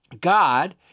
God